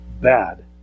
bad